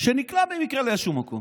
שנקלע במקרה לאיזשהו מקום